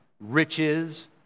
riches